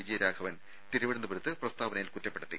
വിജയരാഘവൻ തിരുവനന്തപുരത്ത് പ്രസ്താവനയിൽ കുറ്റപ്പെടുത്തി